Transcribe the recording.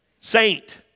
Saint